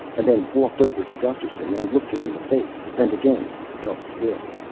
and then walked over to gusterson and looked him in the face and again held still.